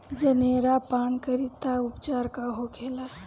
जनेरा पान करी तब उपचार का होखेला?